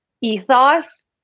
ethos